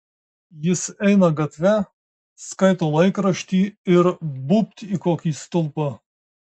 jis eina gatve skaito laikraštį ir būbt į kokį stulpą